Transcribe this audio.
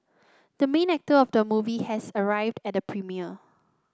the main actor of the movie has arrived at the premiere